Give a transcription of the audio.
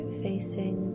facing